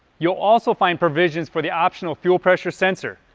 you'll also find provisions for the optional fuel pressure sensor.